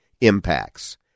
impacts